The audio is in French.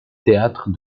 théâtre